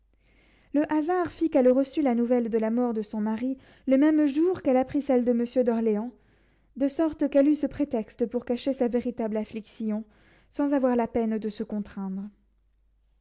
le hasard fit qu'elle reçut la nouvelle de la mort de son mari le même jour qu'elle apprit celle de monsieur d'orléans de sorte qu'elle eut ce prétexte pour cacher sa véritable affliction sans avoir la peine de se contraindre